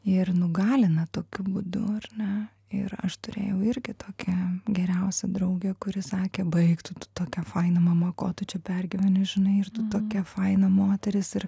ir nugalina tokiu būdu ar ne ir aš turėjau irgi tokią geriausią draugę kuri sakė baik tu tu tokia faina mama ko tu čia pergyveni žinai ir tu tokia faina moteris ir